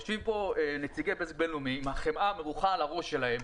יושבים כאן נציגי בזק בינלאומי עם החמאה המרוחה על הראש שלהם,